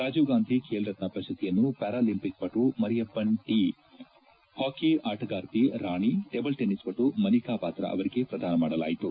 ರಾಜೀವ್ ಗಾಂಧಿ ಬೇಲ್ ರತ್ನ ಪ್ರಶಸ್ತಿಯನ್ನು ಪ್ಯಾರಾಲಿಂಪಿಕ್ ಪಟು ಮರಿಯಪ್ಪನ್ ಟಿ ಹಾಕಿ ಆಟಗಾರ್ತಿ ರಾಣಿ ಟೇಬಲ್ ಟೆನಿಸ್ ಪಟು ಮನೀಕಾ ಬಾತ್ರಾ ಅವರಿಗೆ ಪ್ರದಾನ ಮಾಡಲಾಯಿತು